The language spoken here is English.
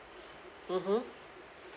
mmhmm